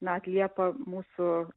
na atliepia mūsų